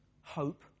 hope